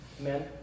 Amen